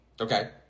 okay